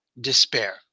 despair